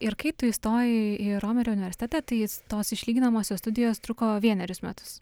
ir kai tu įstojai į romerio universitetą tai tos išlyginamosios studijos truko vienerius metus